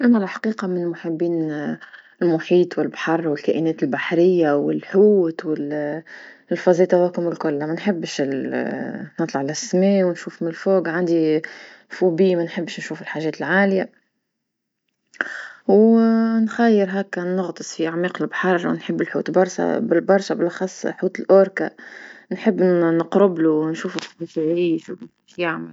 انا الحقيقة من محبين المحيط والبحر والكائنات البحرية والحوت والأمور هذيكا كلها ما نحبش نطلع لسما ونشوف من الفوق عندي فوبيا ما نحبش نشوف الحاجات العالية ونخايل هاكا نغطس في أعماق البحر ونحب الحوت برشا برشا بالأخص حوت الأوركا. نحب نقربلو ونشوفو كيفاش يعيش وكيفاش يعمل.